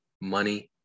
money